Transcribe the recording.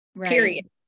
Period